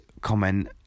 comment